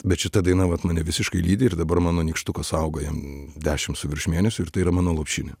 bet šita daina vat mane visiškai lydi ir dabar mano nykštukas auga jam dešim su virš mėnesių ir tai yra mano lopšinė